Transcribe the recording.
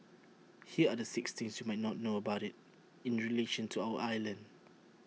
here are the six things you might not know about IT in relation to our island